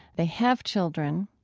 they have children,